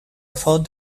efforts